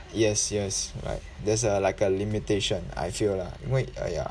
yes yes right there's a like a limitation I feel lah 因为 uh ya